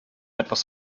was